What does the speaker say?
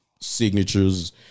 signatures